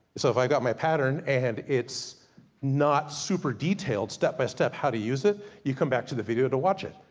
so if i've got my pattern, and it's not super detailed step-by-step how to use it, you come back to the video to watch it.